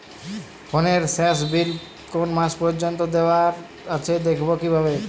ফোনের শেষ বিল কোন মাস পর্যন্ত দেওয়া আছে দেখবো কিভাবে?